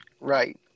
Right